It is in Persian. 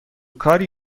کاری